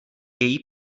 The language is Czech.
její